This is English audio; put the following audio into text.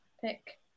pick